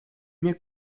mir